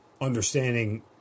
understanding